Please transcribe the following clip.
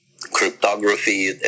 cryptography